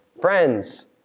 friends